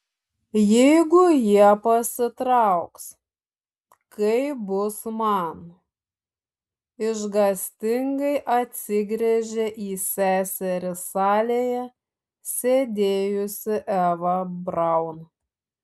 jeigu jie pasitrauks kaip bus man išgąstingai atsigręžia į seserį salėje sėdėjusi eva braun